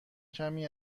کمی